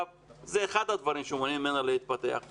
זה אחד הדברים שמונעים ממנה להתפתח.